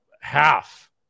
Half